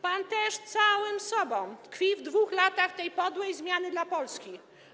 Pan też całym sobą tkwi w 2 latach tej podłej zmiany dla Polski.